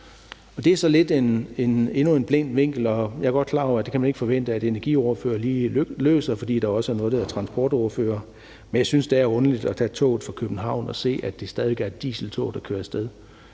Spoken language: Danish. det er så endnu en lidt blind vinkel. Jeg er godt klar over, det kan man ikke forvente at energiordfører lige løser, fordi der også er noget, der hedder transportordførere, men jeg synes, det er underligt at tage toget fra København og se, at det stadig væk er et dieseltog, der kører af sted